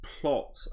plot